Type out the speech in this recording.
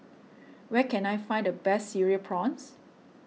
where can I find the best Cereal Prawns